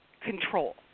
control